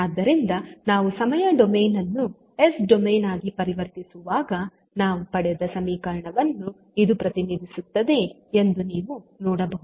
ಆದ್ದರಿಂದ ನಾವು ಸಮಯ ಡೊಮೇನ್ ಅನ್ನು ಎಸ್ ಡೊಮೇನ್ ಆಗಿ ಪರಿವರ್ತಿಸುವಾಗ ನಾವು ಪಡೆದ ಸಮೀಕರಣವನ್ನು ಇದು ಪ್ರತಿನಿಧಿಸುತ್ತದೆ ಎಂದು ನೀವು ನೋಡಬಹುದು